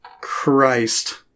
Christ